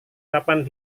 kapan